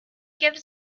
gives